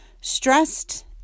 stressed